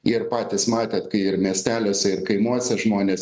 ir patys matėt kai ir miesteliuose ir kaimuose žmonės